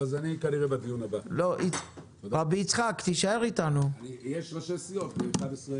אז אתם חושבים שבתמיכה ישירה מצ'וקמקת שתעבירו